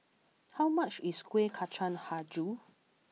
How much is Kuih Kacang HiJau